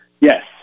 Yes